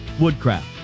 Woodcraft